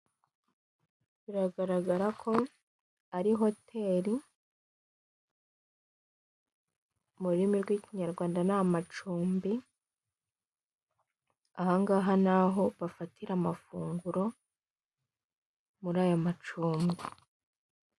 Biragaragara ko ari hoteli mu rurimi rw'Ikinyarwanda ni amacumbi aha ngaha ni aho bafatira amafunguro muri aya macumbi.